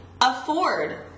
afford